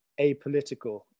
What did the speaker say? apolitical